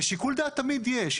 שיקול דעת תמיד יש.